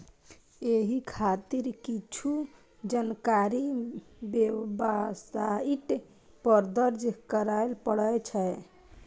एहि खातिर किछु जानकारी वेबसाइट पर दर्ज करय पड़ै छै